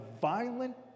violent